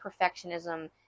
perfectionism